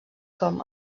com